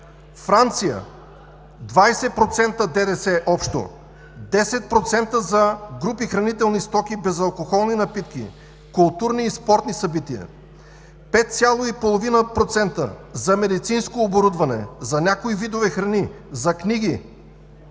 Франция – 20% ДДС общо; 10% за групи хранителни стоки, безалкохолни напитки, културни и спортни събития, 5,5% за медицинско оборудване, за някои видове храни, за книги;